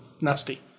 nasty